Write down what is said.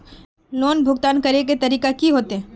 Loan भुगतान करे के तरीका की होते?